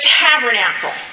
tabernacle